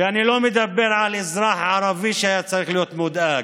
ואני לא מדבר על האזרח הערבי שהיה צריך להיות מודאג.